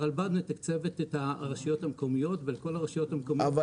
הרלב"ד מתקצבת את הרשויות המקומיות ואת כל הרשויות המקומיות --- אבל